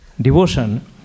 devotion